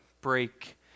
break